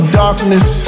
darkness